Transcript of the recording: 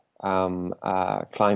Climate